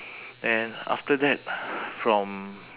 then after that from